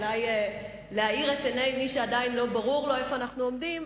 אולי להאיר את עיני מי שעדיין לא ברור לו איפה אנחנו עומדים,